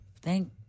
Thank